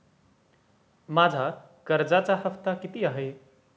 माझा कर्जाचा हफ्ता किती आहे?